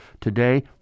today